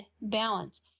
balance